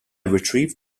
retrieved